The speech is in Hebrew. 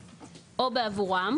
בעבורם,